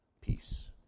peace